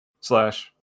slash